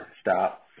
stop